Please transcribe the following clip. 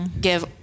give